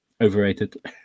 overrated